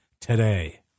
today